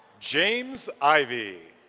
james ivy.